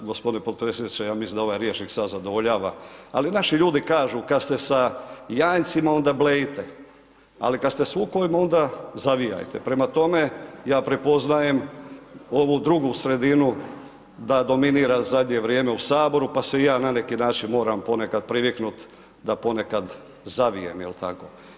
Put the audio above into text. Gospodine potpredsjedniče, ja mislim da ovaj rječnik, sada zadovoljava, ali naši ljudi kažu, kada ste s janjcima onda blejite, ali kada ste s vukovima, onda zavijajte, prema tome, ja prepoznajem ovu drugu sredinu da dominira u zadnje vrijeme u Saboru, pa se i ja na neki način moram ponekad priviknut da ponekad zavijem, jel tako.